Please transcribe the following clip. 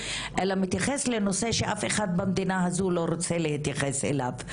אלא מתייחס לנושא שאף אחד במדינה הזו לא רוצה להתייחס אליו,